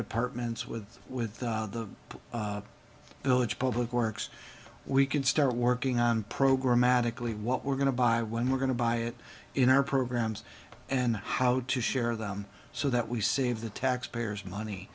departments with with the village public works we can start working on programatic lee what we're going to buy when we're going to buy it in our programs and how to share them so that we save the taxpayers money